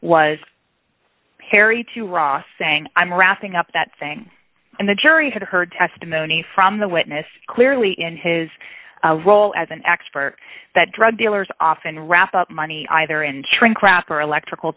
was perry to ross saying i'm wrapping up that thing and the jury has heard testimony from the witness clearly in his role as an expert that drug dealers off and wrap up money either and shrinkwrap or electrical